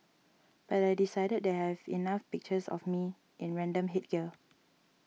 but I decided that I have enough pictures of me in random headgear